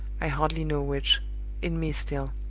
i hardly know which in me still.